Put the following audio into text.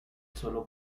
sólo